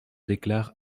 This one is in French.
déclare